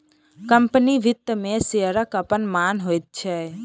company वित्त मे शेयरक अपन मान होइत छै